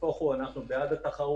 נהפוך הוא, אנחנו בעד התחרות.